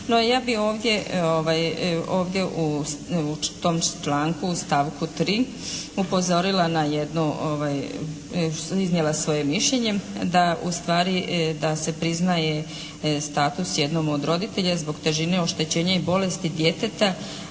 ja bih ovdje u tom članku stavku 3. upozorila na jednu, iznijela svoje mišljenje da ustvari da se priznaje status jednom od roditelja zbog težine oštećenja i bolesti djeteta